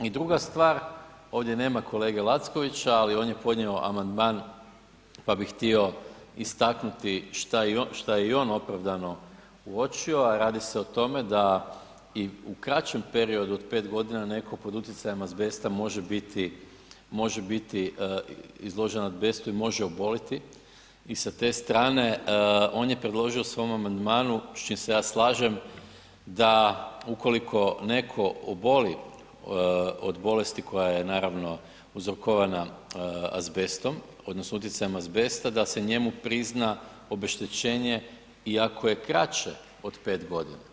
I druga stvar, ovdje nama kolege Lackovića, ali on je podnio amandman pa bih htio istaknuti što je i on opravdano uočio, a radi se o tome da i u kraćem periodu od 5 godina netko pod utjecajem azbesta može biti izložen azbestu i može oboliti i sa te strane, on je predložio u svom amandmanu, s čim se ja slažem da, ukoliko netko oboli od bolesti koja je naravno uzrokovana azbestom, odnosno utjecajem azbesta, da se njemu prizna obeštećenje i ako je kraće od 5 godina.